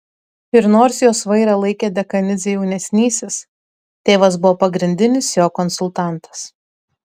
ir nors jos vairą laikė dekanidzė jaunesnysis tėvas buvo pagrindinis jo konsultantas